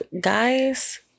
guys